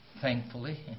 thankfully